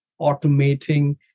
automating